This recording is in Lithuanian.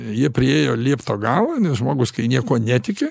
jie priėjo liepto galą nes žmogus niekuo netiki